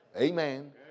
Amen